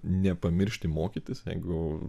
nepamiršti mokytis jeigu